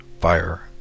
fire